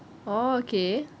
oh okay